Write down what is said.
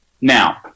Now